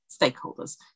stakeholders